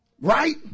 Right